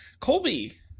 Colby